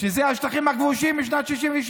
שהוא השטחים הכבושים משנת 1967,